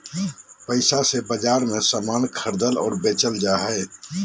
पैसा से बाजार मे समान खरीदल और बेचल जा हय